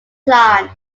plan